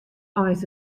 eins